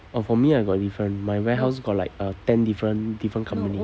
oh for me I got different my warehouse got like uh ten different different company